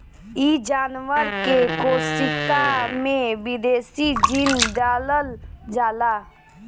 इ जानवर के कोशिका में विदेशी जीन डालल जाला